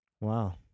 wow